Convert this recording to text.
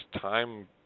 time